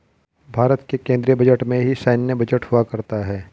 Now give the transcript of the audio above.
भारत के केन्द्रीय बजट में ही सैन्य बजट हुआ करता है